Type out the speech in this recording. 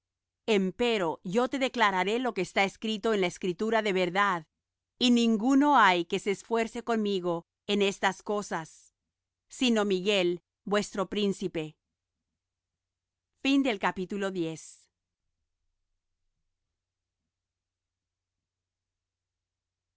grecia empero yo te declararé lo que está escrito en la escritura de verdad y ninguno hay que se esfuerce conmigo en estas cosas sino miguel vuestro príncipe y